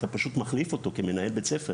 אתה פשוט מחליף אותו כמנהל בית ספר.